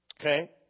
Okay